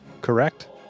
Correct